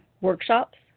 Workshops